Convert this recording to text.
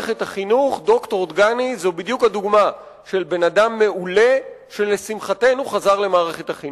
ד"ר דגני הוא בדיוק הדוגמה של אדם מעולה שלשמחתנו חזר למערכת החינוך.